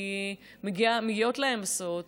כי מגיעות להם הסעות,